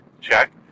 check